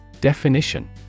Definition